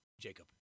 Jacob